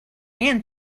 and